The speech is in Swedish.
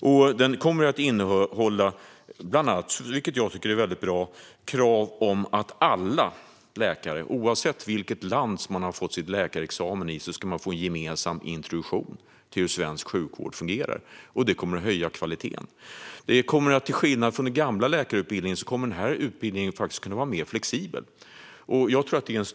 Utbildningen kommer bland annat, vilket jag tycker är väldigt bra, att innehålla krav på att alla läkare, oavsett vilket land man har fått sin läkarexamen i, ska få en gemensam introduktion till hur svensk sjukvård fungerar. Det kommer att höja kvaliteten. Denna utbildning kommer att kunna vara mer flexibel än den gamla läkarutbildningen.